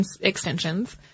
extensions